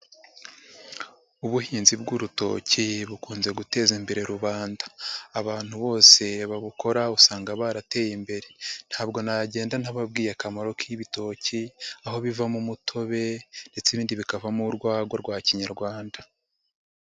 Ubuhinzi bw'urutoke bukunze guteza imbere rubanda, abantu bose babukora usanga barateye imbere, ntabwo nagenda ntabwiye akamaro k'ibitoki aho bivamo umutobe, ndetse ibindi bikavamo urwagwa rwa kinyarwanda.